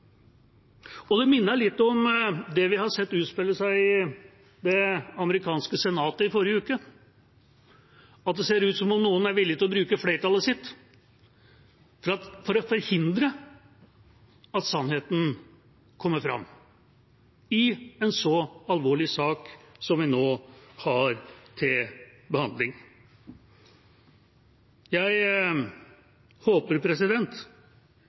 Det minner litt om det vi har sett utspille seg i det amerikanske senatet i forrige uke, at det ser ut som om noen er villig til å bruke flertallet sitt for å forhindre at sannheten kommer fram – i en så alvorlig sak som vi nå har til behandling. Jeg håper